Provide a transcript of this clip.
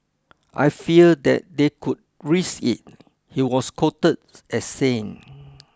I fear that they could risk it he was quoted as saying